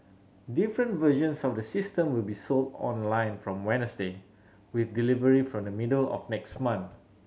different versions of the system will be sold online from Wednesday with delivery from the middle of next month